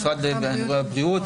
משרד הבריאות,